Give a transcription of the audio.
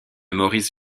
maurice